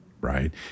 right